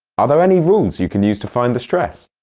are there any rules you can use to find the stress?